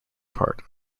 part